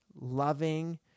loving